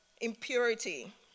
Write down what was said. impurity